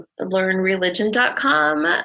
learnreligion.com